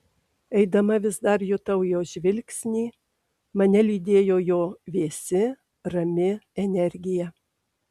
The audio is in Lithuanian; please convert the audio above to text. eidama vis dar jutau jo žvilgsnį mane lydėjo jo vėsi rami energija